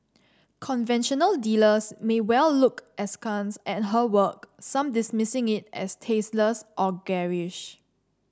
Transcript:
conventional dealers may well look askance at her work some dismissing it as tasteless or garish